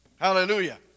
Hallelujah